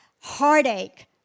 heartache